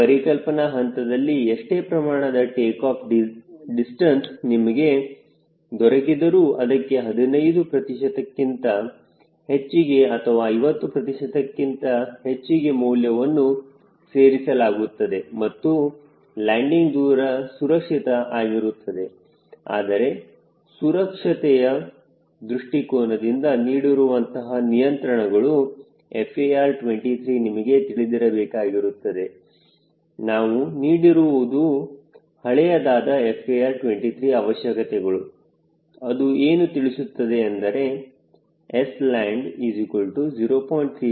ಪರಿಕಲ್ಪನಾ ಹಂತದಲ್ಲಿ ಎಷ್ಟೇ ಪ್ರಮಾಣದ ಟೇಕಾಫ್ ಡಿಸ್ಟೆನ್ಸ್ ದೂರ ನಿಮಗೆ ದೊರಕಿದರೂ ಅದಕ್ಕೆ 15 ಪ್ರತಿಶತ ಕಿಂತ ಹೆಚ್ಚಿಗೆ ಅಥವಾ 50 ಪ್ರತಿಶತ ಹೆಚ್ಚಿಗೆ ಮೌಲ್ಯವನ್ನು ಸೇರಿಸಲಾಗುತ್ತದೆ ಮತ್ತು ಲ್ಯಾಂಡಿಂಗ್ ದೂರ ಸುರಕ್ಷಿತ ಆಗಿರುತ್ತದೆ ಆದರೆ ಸುರಕ್ಷತೆಯ ದೃಷ್ಟಿಕೋನದಿಂದ ನೀಡಿರುವಂತಹ ನಿಯಂತ್ರಣಗಳು FAR23 ನಿಮಗೆ ತಿಳಿದಿರಬೇಕಾಗುತ್ತದೆ ನಾನು ನೀಡಿರುವುದು ಹಳೆಯದಾದ FAR23 ಅವಶ್ಯಕತೆಗಳು ಅದು ಏನು ತಿಳಿಸುತ್ತದೆ ಎಂದರೆ Sland0